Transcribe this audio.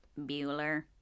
Bueller